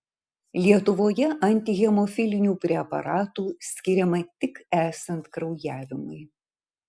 lietuvoje antihemofilinių preparatų skiriama tik esant kraujavimui